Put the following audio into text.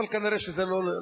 אבל נראה שזה לא,